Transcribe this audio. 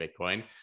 Bitcoin